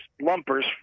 Lumpers